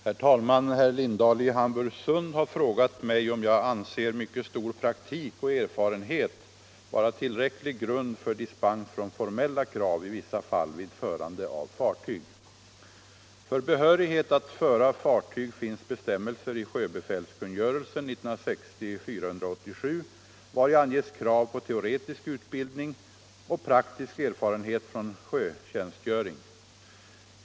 Herr talman! Herr Lindahl i Hamburgsund har frågat mig om jag anser mycket stor praktik och erfarenhet vara tillräcklig grund för dispens från formella krav i vissa fall vid förande av fartyg. För behörighet att föra fartyg finns bestämmelser i sjöbefälskungörelsen , vari anges krav på teoretisk utbildning och praktisk erfarenhet från sjötjänstgöring.